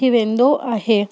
थी वेंदो आहे